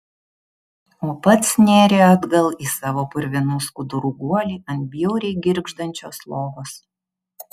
o pats nėrė atgal į savo purvinų skudurų guolį ant bjauriai girgždančios lovos